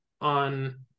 on